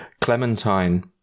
Clementine